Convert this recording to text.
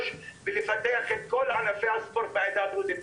ולפתח את כל ענפי הספורט בעדה הדרוזית.